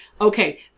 okay